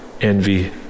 envy